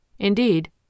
Indeed